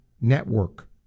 network